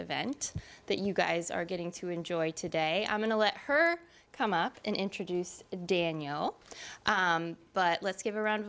event that you guys are getting to enjoy today i'm going to let her come up and introduce danielle but let's give a round